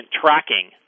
tracking